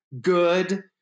good